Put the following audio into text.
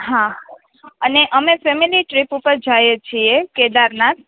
હા અને અમે ફેમિલી ટ્રીપ ઉપર જાઈએ છીએ કેદારનાથ